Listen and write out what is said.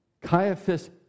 Caiaphas